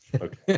okay